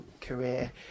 career